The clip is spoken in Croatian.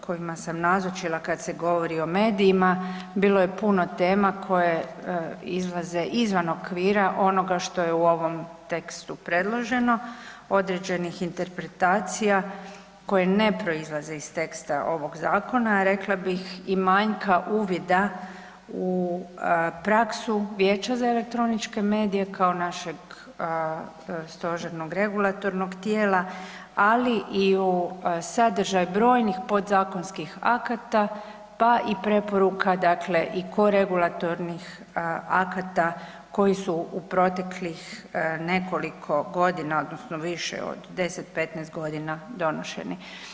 kojima sam nazočila kada se govori o medijima, bilo je puno tema koje izlaze izvan okvira onoga što je u ovom tekstu predloženo, određenih interpretacija koje ne proizlaze iz teksta ovoga zakona, rekla bih i manjka uvida u praksu Vijeća za elektroničke medije kao našeg stožernog regulatornog tijela, ali i u sadržaj brojnih podzakonskih akata, pa i preporuka dakle i koregulatornih akata koji su u proteklih nekoliko godina odnosno više od 10, 15 godina donošeni.